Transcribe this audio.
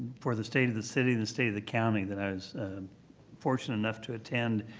for the state of the city the state of the county that i was fortunate enough to attend.